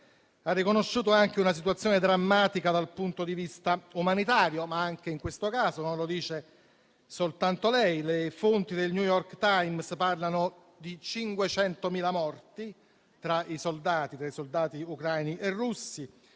- ed esiste una situazione drammatica dal punto di vista umanitario. Anche in questo caso non lo dice soltanto lei. Le fonti del «The New York Times» parlano di 500.000 morti tra i soldati ucraini e russi,